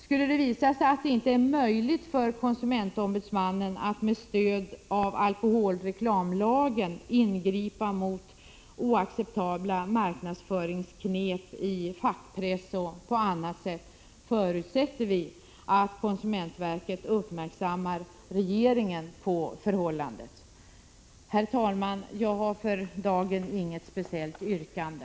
Skulle det visa sig att det inte är möjligt för konsumentombudsmannen att med stöd av alkoholreklamlagen ingripa mot oacceptabla marknadsföringsknep i fackpress och på annat sätt, förutsätter vi att konsumentverket uppmärksammar regeringen på förhållandet. Herr talman! Jag har för dagen inte något särskilt yrkande.